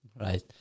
Right